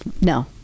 No